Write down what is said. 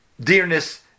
dearness